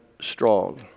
strong